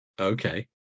Okay